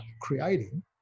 creating